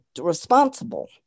responsible